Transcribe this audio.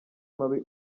mabi